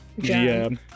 gm